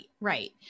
right